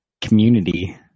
community